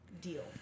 deal